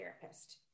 therapist